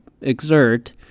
exert